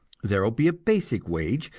there will be a basic wage,